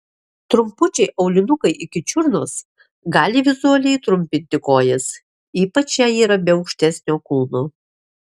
trumpučiai aulinukai iki čiurnos gali vizualiai trumpinti kojas ypač jei yra be aukštesnio kulno